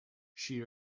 she